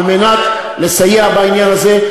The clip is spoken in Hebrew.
על מנת לסייע בעניין הזה.